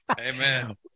Amen